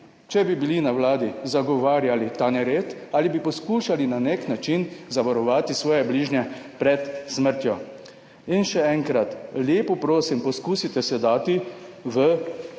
če bi bili na Vladi, zagovarjali ta nered ali bi poskušali na nek način zavarovati svoje bližnje pred smrtjo? Še enkrat. Lepo prosim, poskusite se postaviti v